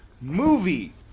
movie